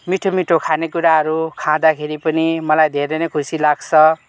मिठो मिठो खानेकुराहरू खादाँ पनि मलाई धेरै नै खुसी लाग्छ